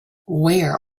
where